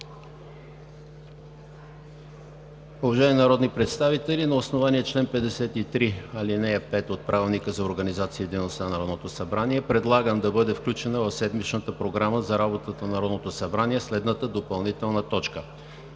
Уважаеми народни представители, на основание чл. 53, ал. 5 от Правилника за организацията и дейността на Народното събрание предлагам да бъде включена в седмичната програма за работата на Народното събрание следната допълнителна точка: